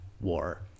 war